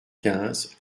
quinze